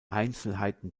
einzelheiten